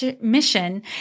mission